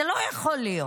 זה לא יכול להיות.